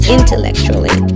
Intellectually